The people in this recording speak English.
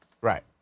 Right